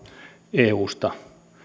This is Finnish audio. eusta